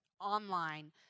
online